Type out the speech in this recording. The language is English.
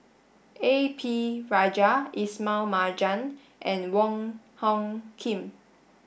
A P Rajah Ismail Marjan and Wong Hung Khim